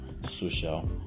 social